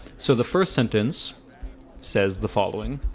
so the first sentence says the following